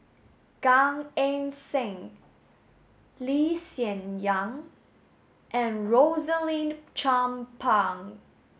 Gan Eng Seng Lee Hsien Yang and Rosaline Chan Pang